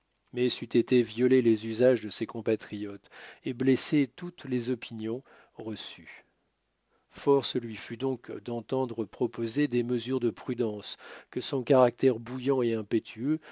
mais c'eût été violer les usagés de ses compatriotes et blesser toutes les opinions reçues force lui fut donc d'entendre proposer des mesures de prudence que son caractère bouillant et impétueux